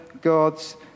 God's